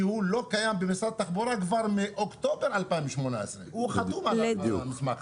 שהוא לא קיים במשרד התחבורה כבר מאוקטובר 2018. הוא חתום על המסמך הזה.